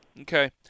Okay